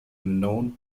known